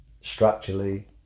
Structurally